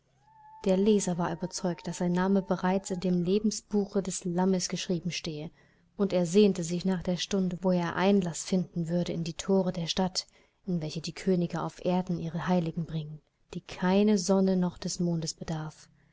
der leser war überzeugt daß sein name bereits in dem lebensbuche des lammes geschrieben stehe und er sehnte sich nach der stunde wo er einlaß finden würde in die thore der stadt in welche die könige auf erden ihre heiligkeit bringen die keiner sonne noch des mondes bedarf